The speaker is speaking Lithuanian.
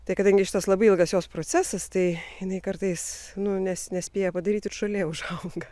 tai kadangi šitas labai ilgas jos procesas tai kartais nu nes nespėja padaryt ir žolė užauga